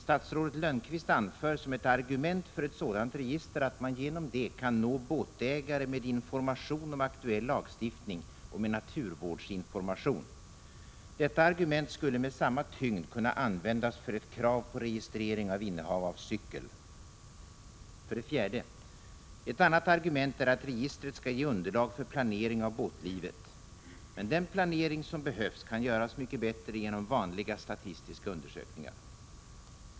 Statsrådet Lönnqvist anför som ett argument för ett sådant register att man genom det kan nå båtägare med information om aktuell lagstiftning och med naturvårdsinformation. Detta argument skulle med samma tyngd kunna användas för ett krav på registrering av innehav av cykel. 4. Ett annat argument är att registret skall ge underlag för planering av båtlivet. Men den planering som behövs kan göras mycket bättre genom vanliga statistiska undersökningar.